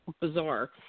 bizarre